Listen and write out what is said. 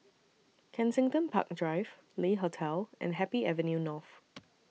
Kensington Park Drive Le Hotel and Happy Avenue North